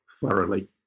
thoroughly